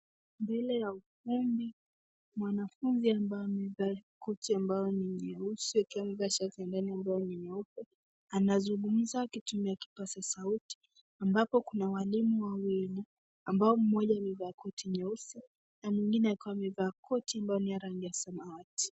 Mbele ya ukumbi, mwanafunzi ambaye amevaa koti ambayo ni nyeusi akiwa amevaa shati ambayo ni nyeupe anazungumza akitumia kipaza sauti, ambapo kuna walimu wawili ambao mmoja amevaa koti nyeusi na mwingine akiwa amevaa koti ambayo ni ya rangi ya samawati.